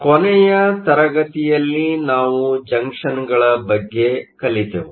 ಕೊನೆಯ ತರಗತಿಯಲ್ಲಿ ನಾವು ಜಂಕ್ಷನ್ಗಳ ಬಗ್ಗೆ ಕಲಿತೆವು